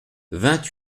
vingt